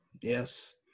Yes